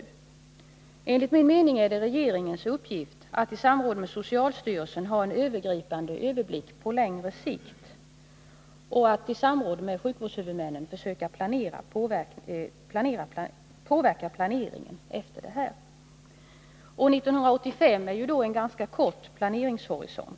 Enligt min mening är det regeringens uppgift att i samråd med socialstyrelsen ha en övergripande överblick på längre sikt och att i samråd med sjukvårdshuvudmännen försöka påverka planeringen därefter. År 1985 måste då sägas vara en ganska näraliggande planeringshorisont.